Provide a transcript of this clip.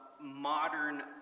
modern